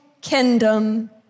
kingdom